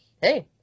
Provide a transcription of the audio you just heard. hey